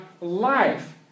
life